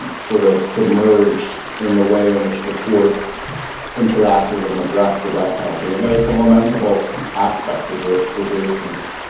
sort of submerged in the way in which the court interacted and addressed the death penalty, and that it's a lamentable aspect of the the jurisprudence.